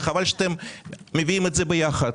וחבל שאתם מביאים את זה ביחד.